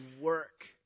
work